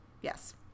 yes